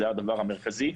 זה הדבר המרכזי,